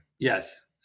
Yes